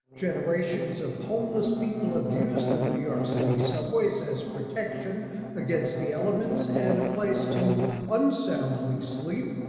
generations of homeless people have used the new york city subways as protection against the elements and a place to unsoundly sleep.